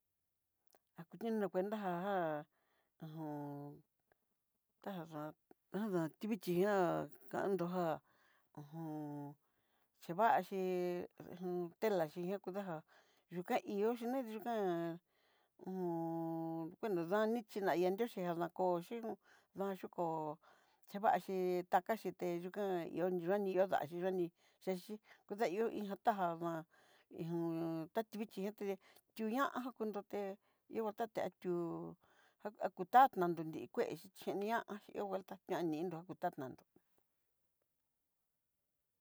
Há kuiin dó kinaja já ho o on tá nga tivichí já kandó já ho jon chivayi telaxhi ñakudajá, yu ka ihó xhí ne yu kán bueno daní xhi nadaá ihó chí danri nruché janá kochí va'a yukó yevaxí tayaxhí te yukán ihó ni yu'a ni ihó ndaxi yoní chechi ndaihó ihó tajama'a ihó taxivichi ñaté tiuña'a ja kunroté ihó tate ti'u já kuta nadí kué xhiaxí ihó vuelta ñañinró kutatannró.